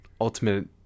ultimate